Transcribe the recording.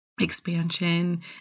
expansion